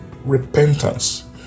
Repentance